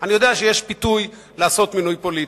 אני יודע שיש פיתוי לעשות מינוי פוליטי.